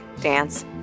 dance